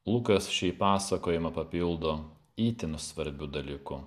lukas šį pasakojimą papildo itin svarbiu dalyku